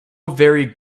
very